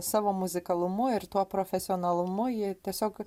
savo muzikalumu ir tuo profesionalumu ji tiesiog